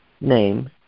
name